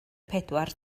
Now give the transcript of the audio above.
pedwar